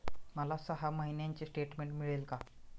मला सहा महिन्यांचे स्टेटमेंट मिळेल का?